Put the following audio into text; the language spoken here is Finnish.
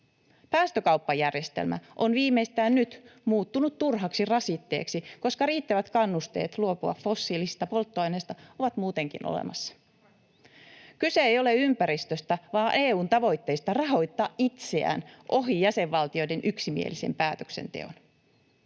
Päästökauppajärjestelmä on viimeistään nyt muuttunut turhaksi rasitteeksi, koska riittävät kannusteet luopua fossiilisista polttoaineista ovat muutenkin olemassa. Kyse ei ole ympäristöstä vaan EU:n tavoitteista rahoittaa itseään ohi jäsenvaltioiden yksimielisen päätöksenteon.